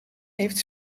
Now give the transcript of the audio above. heeft